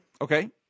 Okay